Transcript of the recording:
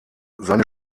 seine